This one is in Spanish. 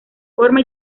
forma